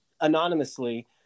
anonymously